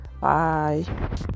Bye